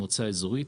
המועצה האזורית),